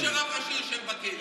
אני לא רוצה שרב ראשי ישב בכלא.